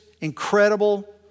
incredible